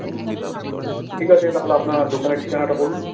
হুম ঠিক আছে তাহলে আপনার দোকানের ঠিকানাটা বলুন